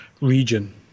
region